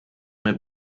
mir